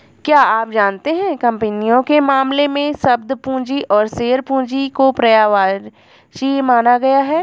क्या आप जानते है कंपनियों के मामले में, शब्द पूंजी और शेयर पूंजी को पर्यायवाची माना गया है?